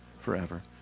forever